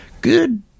Good